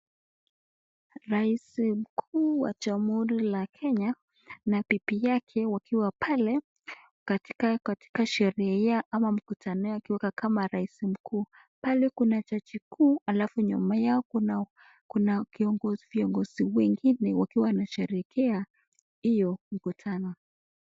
Rais mkuu wa jamhuri la Kenya na bibi yake wakiwa pale katika sherehe yao ama wakiwa katika mkutano kama rais mkuu. Pale kuna jaji mkuu halafu nyuma yao kuna viongozi wengine wakiwa wanasherehekea hiyo mkutano.